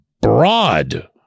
broad